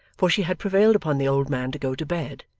for she had prevailed upon the old man to go to bed,